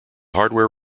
hardware